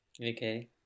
okay